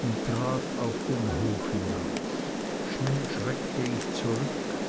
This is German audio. und trat auf den hof hinaus schnell schreckte ich zurück